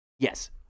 Yes